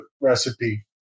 recipe